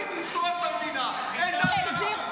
--- לשרוף את המדינה, איזו אזהרה?